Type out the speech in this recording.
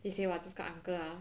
she say !wah! 这个 uncle ah